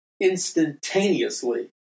instantaneously